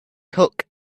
took